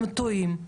הם טועים.